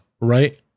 Right